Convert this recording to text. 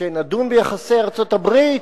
כשנדון ביחסי ארצות-הברית,